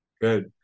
good